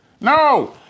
No